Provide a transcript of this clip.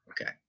Okay